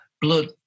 blood